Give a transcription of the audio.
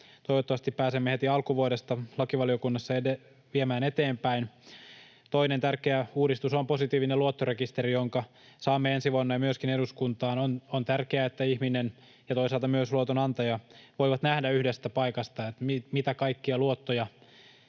toivottavasti pääsemme heti alkuvuodesta lakivaliokunnassa viemään eteenpäin. Toinen tärkeä uudistus on positiivinen luottorekisteri, jonka saamme ensi vuonna jo myöskin eduskuntaan. On tärkeää, että ihminen ja toisaalta myös luotonantaja voivat nähdä yhdestä paikasta, mitä kaikkia luottoja